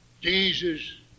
Jesus